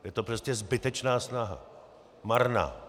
Je to prostě zbytečná snaha, marná.